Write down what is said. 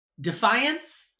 defiance